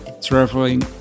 traveling